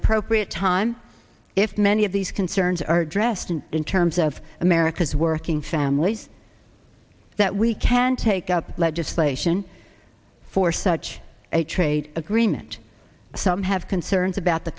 appropriate time if many of these concerns are addressed and in terms of america's working families that we can take up legislation for such a trade agreement some have concerns about the